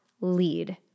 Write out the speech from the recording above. lead